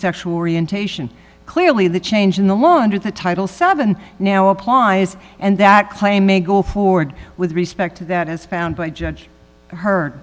sexual orientation clearly the change in the long under the title seven now applies and that claim may go forward with respect to that as found by judge h